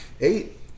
Eight